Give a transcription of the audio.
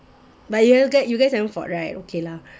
but you guys haven't fought right okay lah